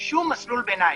שום מסלול ביניים.